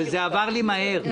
וזה עבר לי מהר.